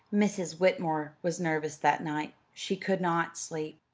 mrs. whitmore was nervous that night. she could not sleep.